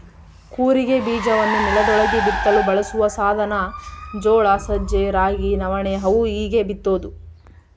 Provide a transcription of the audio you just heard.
ಕೂರಿಗೆ ಬೀಜವನ್ನು ನೆಲದೊಳಗೆ ಬಿತ್ತಲು ಬಳಸುವ ಸಾಧನ ಜೋಳ ಸಜ್ಜೆ ರಾಗಿ ನವಣೆ ಅವು ಹೀಗೇ ಬಿತ್ತೋದು